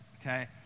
Okay